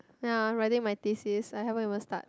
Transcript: ya I'm writing my thesis I haven't even start